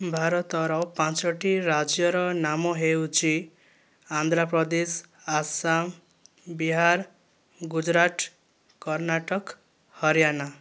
ଭାରତର ପାଞ୍ଚଟି ରାଜ୍ୟର ନାମ ହେଉଛି ଆନ୍ଧ୍ରପ୍ରଦେଶ ଆସାମ ବିହାର ଗୁଜୁରାଟ କର୍ଣ୍ଣାଟକ ହରିୟାଣା